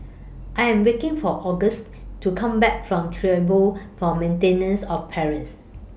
I Am waiting For Augustus to Come Back from Tribunal For Maintenance of Parents